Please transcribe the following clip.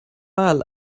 mal